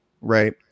right